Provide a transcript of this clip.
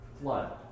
flood